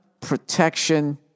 protection